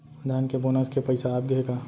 धान के बोनस के पइसा आप गे हे का?